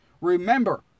Remember